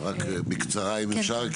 רק בקצרה, אם אפשר.